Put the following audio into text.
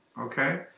Okay